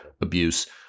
abuse